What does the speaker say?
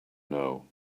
know